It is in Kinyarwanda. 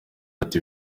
ati